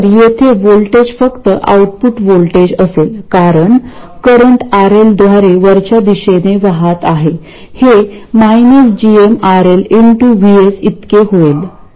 तर येथे व्होल्टेज फक्त आउटपुट व्होल्टेज असेल कारण करंट RL द्वारे वरच्या दिशेने वाहत आहे हे gmRL VS इतके होईल